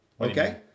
Okay